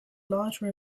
large